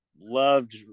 loved